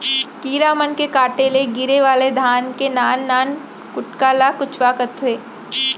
कीरा मन के काटे ले गिरे वाला धान के नान नान कुटका ल कुचवा कथें